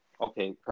Okay